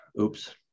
Oops